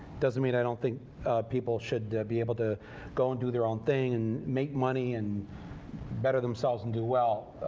doesn't mean i don't think people should be able to go and do their own thing and make money and better themselves and do well.